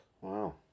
wow